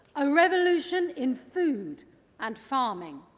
a revolution in food and farming.